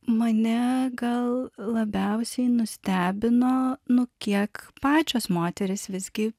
mane gal labiausiai nustebino nu kiek pačios moterys visgi